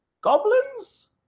goblins